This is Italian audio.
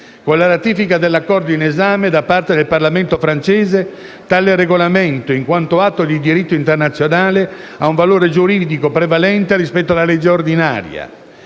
Con la ratifica dell'Accordo in esame da parte del Parlamento francese, tale Regolamento, in quando atto di diritto internazionale, ha un valore giuridico prevalente rispetto alla legge ordinaria.